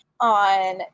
on